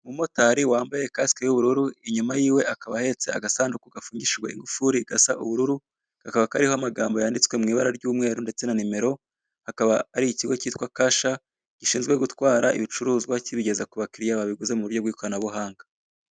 Umumotari wambaye kasike y'ubururu, inyuma yiwe akaba ahetse agasanduku gafungishijwe ingufuri gasa ubururu, kakaba kariho amagambo yanditswe mu ibara ry'umweru ndetse na nimero, akaba ari ikigo cyitwa Kasha gishinzwe gutwara ibicuruzwa kibigeza ku bakiriya babiguze mu buryo bw'ikoranabuhanga.